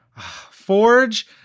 Forge